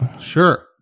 Sure